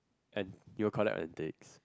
and you will collect antiques